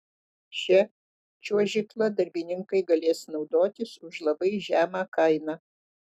šia čiuožykla darbininkai galės naudotis už labai žemą kainą